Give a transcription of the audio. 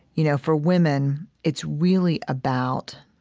you know, for women, it's really about